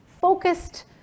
focused